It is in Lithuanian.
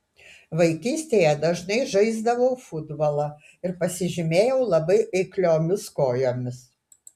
vaikystėje dažnai žaisdavau futbolą ir pasižymėjau labai eikliomis kojomis